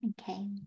Okay